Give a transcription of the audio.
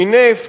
מנפט,